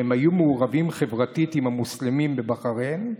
והם היו מעורבים חברתית עם המוסלמים בבחריין,